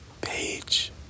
page